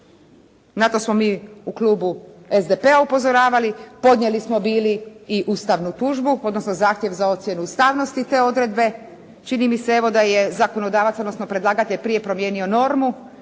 Na to smo mi u Klubu SDP-a upozoravali. Podnijeli smo bili i ustavnu tužbu odnosno zahtjev za ocjenu ustavnosti te odredbe. Čini mi se evo da je zakonodavac odnosno predlagatelj prije promijenio normu